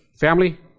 family